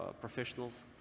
professionals